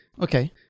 Okay